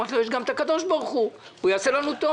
אמרתי לו, יש גם את הקב"ה, הוא יעשה לנו טוב.